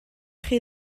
chi